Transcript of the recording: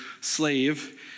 slave